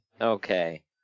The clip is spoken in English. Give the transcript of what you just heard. Okay